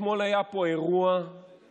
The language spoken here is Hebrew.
אתמול היה פה אירוע מבזה